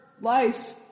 life